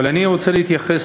אבל אני רוצה להתייחס